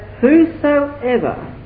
whosoever